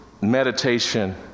meditation